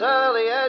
early